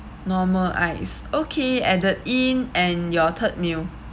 normal ice okay added in and your third meal